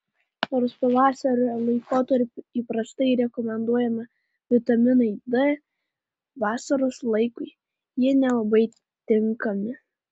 nors pavasario laikotarpiu įprastai rekomenduojami vitaminai d vasaros laikui jie nelabai tinkami